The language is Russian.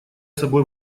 собой